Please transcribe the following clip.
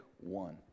one